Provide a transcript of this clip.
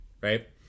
right